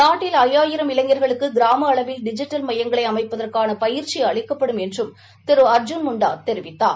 நாட்டில் ஐயாயிரம் இளைஞர்களுக்கு கிராம அளவில் டிஜிட்டல் ஸமயங்களை அமைப்பதற்கான பயிற்சி அளிக்கப்படும் என்றும் திரு அர்ஜூன் முண்டா தெரிவித்தார்